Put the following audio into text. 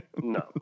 No